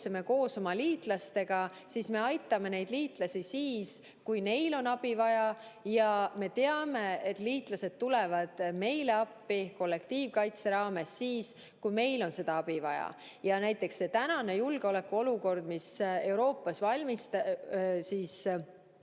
koos oma liitlastega, siis me aitame liitlasi siis, kui neil on abi vaja, ja me teame, et liitlased tulevad meile appi kollektiivkaitse raames siis, kui meil on abi vaja. Ja tänane julgeolekuolukord, mis Euroopas valitseb,